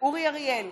אורי אריאל,